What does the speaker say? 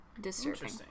disturbing